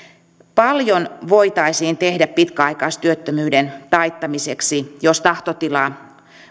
paljon voitaisiin tehdä pitkäaikaistyöttömyyden taittamiseksi jos tahtotila